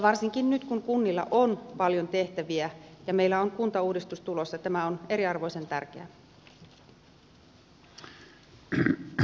varsinkin nyt kun kunnilla on paljon tehtäviä ja meillä on kuntauudistus tulossa tämä on ensiarvoisen tärkeää